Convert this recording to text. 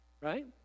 Right